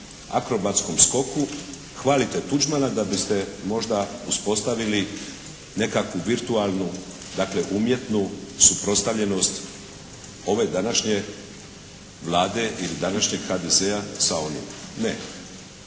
akrobatskom skoku hvalite Tuđmana da biste možda uspostavili nekakvu virtualnu dakle, umjetnu suprotstavljenost ove današnje Vlade ili današnjeg HDZ-a sa onim. Ne.